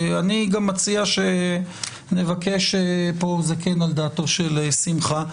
אני גם מציע שנבקש, פה צריך את דעתו של שמחה,